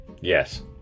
Yes